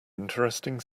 interesting